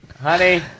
Honey